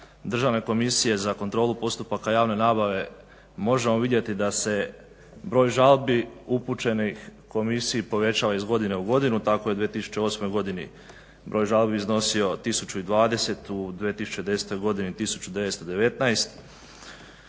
Državne komisije za kontrolu postupaka javne nabave možemo vidjeti da se broj žalbi upućenih Komisiji povećava iz godine u godinu. Tako je u 2008. godini broj žalbi iznosio 1020, u 2010. godini 1919.